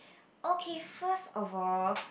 okay first of all